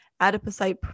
adipocyte